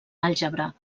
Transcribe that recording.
àlgebra